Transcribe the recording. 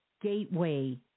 gateway